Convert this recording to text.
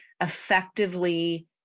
effectively